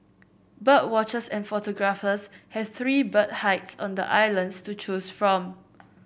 bird watchers and photographers have three bird hides on the island to choose from